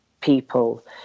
people